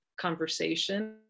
conversation